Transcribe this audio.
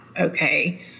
okay